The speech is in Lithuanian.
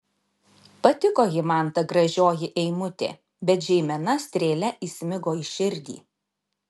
patiko ji man ta gražioji eimutė bet žeimena strėle įsmigo į širdį